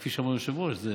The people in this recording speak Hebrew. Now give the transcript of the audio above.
כפי שאמר היושב-ראש, זה